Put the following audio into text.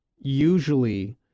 usually